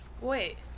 Wait